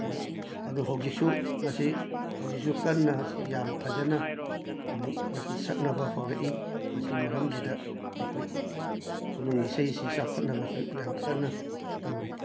ꯑꯗ ꯍꯧꯖꯤꯛꯁꯨ ꯃꯁꯤ ꯍꯧꯖꯤꯛꯁꯨ ꯀꯟꯅ ꯁꯤ ꯌꯥꯝꯅ ꯐꯖꯅ ꯑꯃꯨꯛ ꯃꯁꯤ ꯁꯛꯅꯕ ꯍꯧꯔꯛꯏ ꯑꯁꯤ ꯃꯔꯝꯁꯤꯗ ꯑꯩꯈꯣꯏ ꯈꯨꯅꯨꯡ ꯏꯁꯩꯁꯤ ꯆꯥꯎꯈꯠꯅꯕꯁꯨ ꯌꯥꯝ ꯀꯟꯅ ꯇꯧꯔꯤ